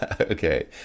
Okay